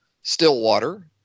Stillwater